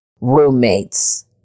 roommates